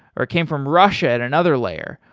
or came from russia and another layer,